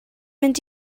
mynd